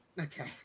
Okay